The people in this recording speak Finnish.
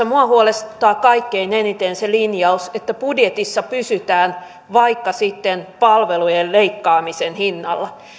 minua huolestuttaa kaikkein eniten se linjaus että budjetissa pysytään vaikka sitten palvelujen leikkaamisen hinnalla